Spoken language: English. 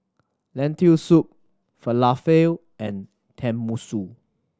Lentil Soup Falafel and Tenmusu